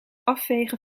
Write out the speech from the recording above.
afvegen